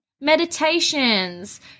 meditations